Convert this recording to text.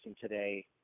today